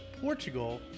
Portugal